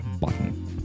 button